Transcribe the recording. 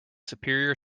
superior